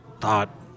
thought